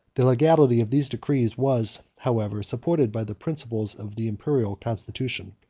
the legality of these decrees was, however, supported by the principles of the imperial constitution.